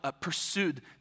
pursued